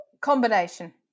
Combination